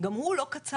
גם הוא לא קצר.